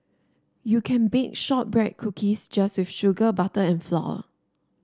you can bake shortbread cookies just with sugar butter and flour